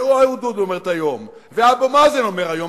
ואהוד אולמרט אומר היום ואבו מאזן אומר היום,